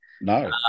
No